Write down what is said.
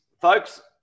folks